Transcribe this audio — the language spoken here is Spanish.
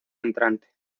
entrante